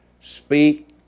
speak